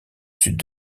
sud